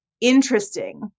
interesting